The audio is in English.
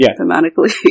thematically